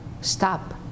stop